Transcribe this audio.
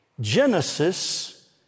Genesis